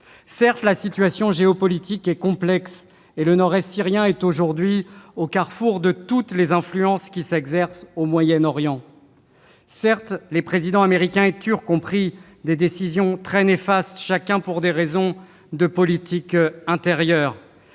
Certes, la situation géopolitique est complexe, et le nord-est syrien est aujourd'hui au carrefour de toutes les influences qui s'exercent au Moyen-Orient. Certes, les présidents américain et turc ont pris des décisions très néfastes, chacun pour des raisons de politique intérieure.